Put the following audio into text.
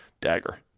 Dagger